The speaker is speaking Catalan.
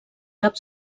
cap